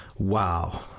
Wow